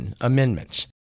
amendments